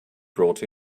brought